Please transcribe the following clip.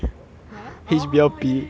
!huh! orh orh orh ya ya ya